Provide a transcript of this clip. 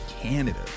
Canada